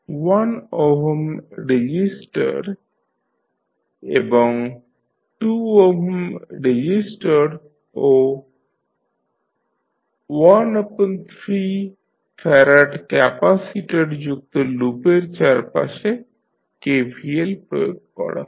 1Ω resistor 2Ω resistor ও 13F capacitor যুক্ত লুপের চারপাশে KVL প্রয়োগ করা হল